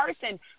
person